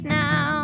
now